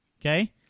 Okay